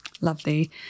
Lovely